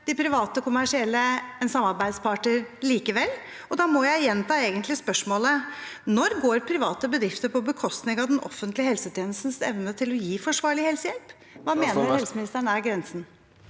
de private kommersielle en samarbeidspartner likevel? Jeg må egentlig gjenta spørsmålet: Når går private bedrifter på bekostning av den offentlige helsetjenestens evne til å gi forsvarlig helsehjelp? Hva mener helseministeren er grensen?